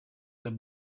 the